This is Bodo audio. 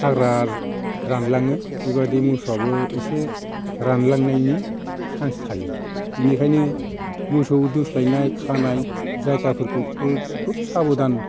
हाग्रा रानलाङो बेबायदि मोसौआबो एसे रानलांनायनि सान्स थायो बेनिखायनो मोसौ दौस्लायनाय खानाय जायगाफोरखौबो खुब साबधान